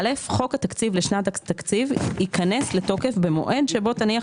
חוק התקציב לשנת התקציב ייכנס לתוקף במועד שבו תניח